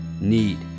need